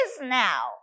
now